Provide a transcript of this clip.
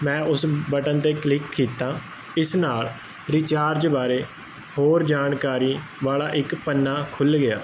ਮੈਂ ਉਸ ਬਟਨ ਤੇ ਕਲਿੱਕ ਕੀਤਾ ਇਸ ਨਾਲ ਰਿਚਾਰਜ ਬਾਰੇ ਹੋਰ ਜਾਣਕਾਰੀ ਵਾਲਾ ਇੱਕ ਪੰਨਾ ਖੁੱਲ ਗਿਆ